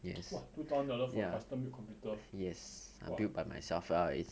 !wah! two thousand dollars for custom made computer !wah!